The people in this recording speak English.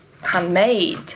handmade